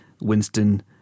Winston